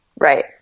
Right